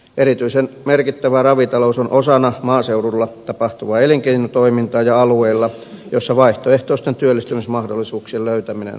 erityisen merkittävä ravitalous on osana maaseudulla tapahtuvaa elinkeinotoimintaa ja alueilla joissa vaihtoehtoisten työllistymismahdollisuuksien löytäminen on vaikeaa